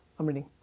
i'm reading.